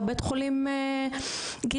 או בית חולים גריאטרי.